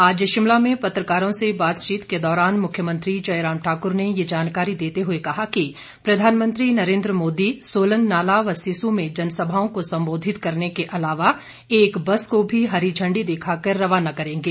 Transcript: आज शिमला में पत्रकारों से बातचीत के दौरान मुख्यमंत्री जयराम ठाकुर ने ये जानकारी देते हुए कहा कि प्रधानमंत्री नरेन्द्र मोदी सोलंग नाला व सिस्सू में जनसभाओं को संबोधित करने के अलावा एक बस को भी हरी झंडी दिखाकर रवाना करेंगे